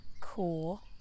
cool